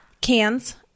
Cans